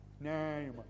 name